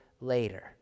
later